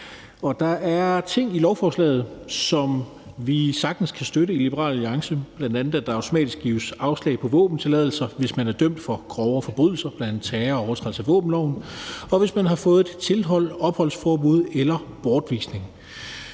Der er ting i lovforslaget, som vi sagtens kan støtte i Liberal Alliance, bl.a. at der automatisk gives afslag på våbentilladelser, hvis man er dømt for grovere forbrydelser, bl.a. terror og overtrædelse af våbenloven, og hvis man har fået et tilhold, opholdsforbud eller er